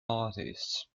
artists